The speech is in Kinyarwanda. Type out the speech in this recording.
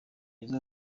jizzo